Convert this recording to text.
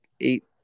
eight